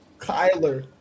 Kyler